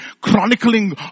chronicling